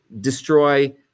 destroy